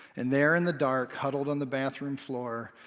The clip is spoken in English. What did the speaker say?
and there in the dark, huddled on the bathroom floor,